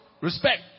respect